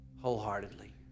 Wholeheartedly